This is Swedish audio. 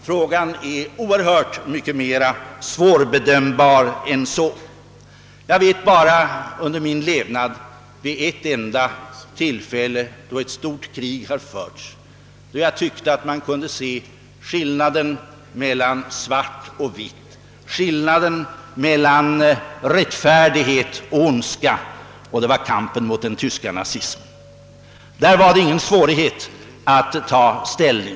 Frågan är oerhört mycket mer svårbedömd än så. Jag vet under min levnad bara ett enda tillfälle då jag tyckt att man i ett stort krig kunnat se skillnaden mellan svart och vit, skillnaden mellan rättfärdighet och ondska, och det var i kampen mot den tyska nazismen. Där var det inte svårt att ta ställning.